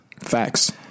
Facts